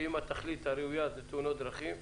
אם התכלית הראויה היא מלחמה בתאונות הדרכים,